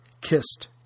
kissed